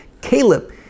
Caleb